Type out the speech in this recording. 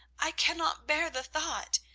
i cannot bear the thought.